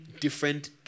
different